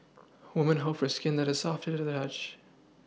woman hope for skin that is soft to the touch